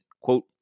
Quote